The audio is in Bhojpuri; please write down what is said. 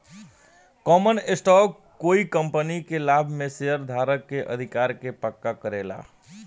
कॉमन स्टॉक कोइ कंपनी के लाभ में शेयरधारक के अधिकार के पक्का करेला